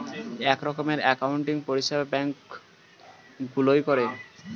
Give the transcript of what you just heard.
এক রকমের অ্যাকাউন্টিং পরিষেবা ব্যাঙ্ক গুলোয় করে